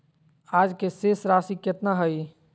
आज के शेष राशि केतना हइ?